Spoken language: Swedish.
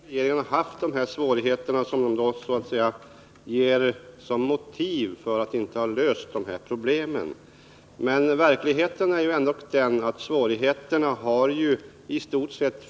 Herr talman! Jag kan till en del förstå att regeringen haft de svårigheter som man angett som motiv för att inte de här problemen kunnat lösas. Men verkligheten är ju ändock den att företaget haft dessa problem under många år.